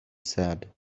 said